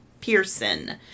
Pearson